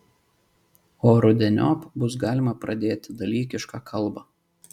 o rudeniop bus galima pradėti dalykišką kalbą